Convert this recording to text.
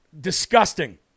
Disgusting